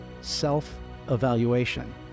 self-evaluation